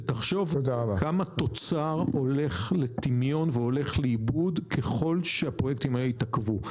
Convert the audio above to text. ותחשוב כמה תוצר יורד לטמיון והולך לאיבוד ככל שהפרויקטים האלה יתעכבו.